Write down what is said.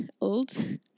old